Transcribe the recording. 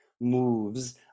moves